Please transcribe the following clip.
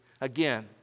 again